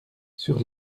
sur